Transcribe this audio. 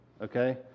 okay